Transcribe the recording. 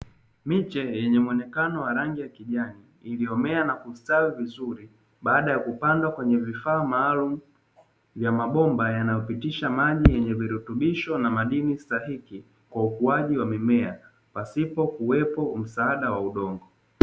Miche yenye muonekano wa rangi ya kijani iliyomea na kustawi vizuri baada ya kupandwa kwenye vifaa maalumu vya mabomba yanayopitisha maji yenye virutubisho na madini stahiki kwa ukuaji wa mimea, pasipo kuwepo msaada wa udongo.